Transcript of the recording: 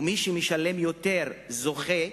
ומי שמשלם יותר זוכה,